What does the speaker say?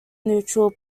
neutral